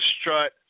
strut